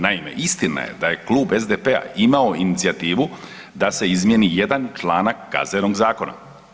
Naime, istina je da je Klub SDP-a imao inicijativu da se izmijeni jedan članak Kaznenog zakona.